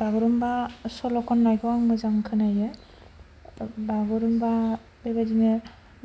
बागुरुम्बा सल' खननायखौ आं मोजां खोनायो बागुरुम्बा बेबायदिनो